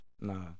Nah